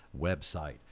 website